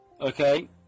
okay